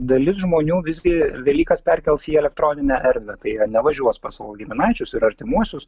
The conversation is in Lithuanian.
dalis žmonių visgi velykas perkels į elektroninę erdvę tai jie nevažiuos pas savo giminaičius ir artimuosius